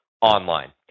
online